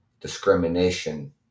discrimination